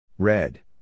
Red